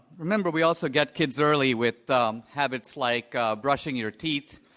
remember, we also get kids early with um habits like brushing your teeth,